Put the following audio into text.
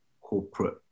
corporate